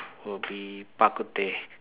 would be Bak-Kut-Teh